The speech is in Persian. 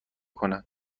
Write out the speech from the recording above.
کنه